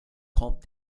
kommt